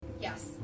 yes